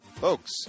Folks